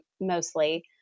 mostly